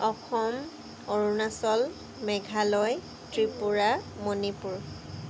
Assam Arunachal Meghalaya Tripura Manipur